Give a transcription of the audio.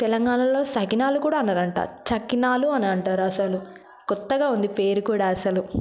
తెలంగాణలో సకినాలు కూడా అనరంట చక్కినాలు అనంటారు అసలు కొత్తగా ఉంది పేరు కూడా అసలు